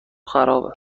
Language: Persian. خراب